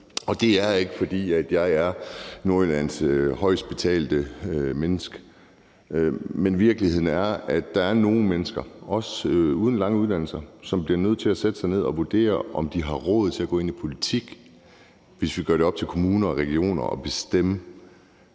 Det er ikke, fordi jeg er Nordjyllands højest betalte menneske, men virkeligheden er, at der er nogle mennesker, også uden lange uddannelser, som bliver nødt til at sætte sig ned og vurdere, om de har råd til at gå ind i politik, hvis vi gør det op til kommuner og regioner at bestemme,